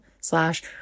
slash